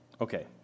Okay